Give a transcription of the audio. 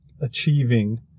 achieving